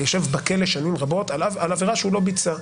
יישב בכלא שנים רבות על עבירה שהוא לא ביצע.